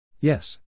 Yes